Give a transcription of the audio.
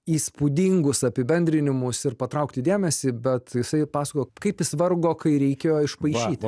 įspūdingus apibendrinimus ir patraukti dėmesį bet jisai pasakojo kaip jis vargo kai reikėjo išpaišyti